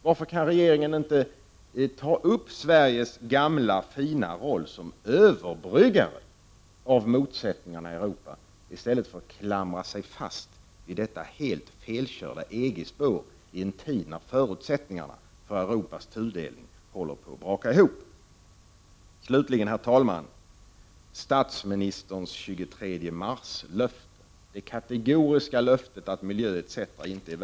Varför kan regeringen inte ta upp Sveriges gamla fina roll som överbryggare av motsättningarna i Europa, i stället för att klamra sig fast vid detta helt felkörda EG-spår i en tid när förutsättningarna för Europas tudelning håller på att braka ihop? Herr talman! Statsministerns 23 mars-löfte, det kategoriska löftet att en försämrad miljö etc.